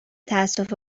تاسف